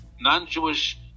non-Jewish